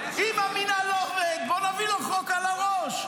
אם המינהל לא עובד, בואו נביא לו חוק על הראש.